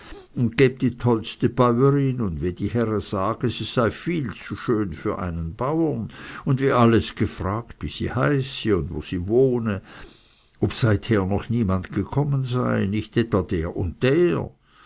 und geb die tollste bäuerin und wie die herre gesagt sie sei viel zu schön für einen bauern und wie alles gefraget wie sie heiße und wo sie wohne ob seither noch niemand gekommen sei nicht etwa der und der